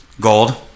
gold